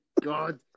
god